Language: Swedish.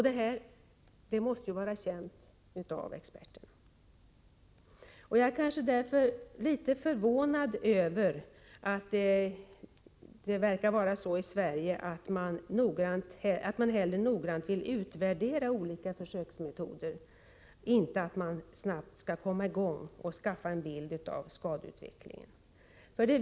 Detta måste vara känt av experterna. Därför är jag kanske litet förvånad över att det verkar vara så i Sverige att man hellre nogrant vill utvärdera olika försöksmetoder i stället för att snabbt komma i gång med att skaffa en bild av skadeutvecklingen.